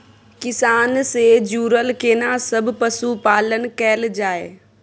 किसान से जुरल केना सब पशुपालन कैल जाय?